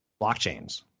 blockchains